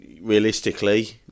realistically